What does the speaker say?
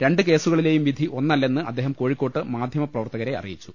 രണ്ടു കേസുക ളിലേയൂം പിധി ഒന്നല്ലെന്ന് അദ്ദേഹം കോഴിക്കോട്ട് മാധ്യമ പ്രവർത്തക്കരെ അറിയിച്ചു